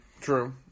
True